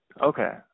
Okay